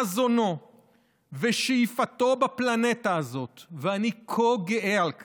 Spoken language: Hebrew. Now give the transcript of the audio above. חזונו ושאיפתו בפלנטה הזאת, ואני כה גאה על כך,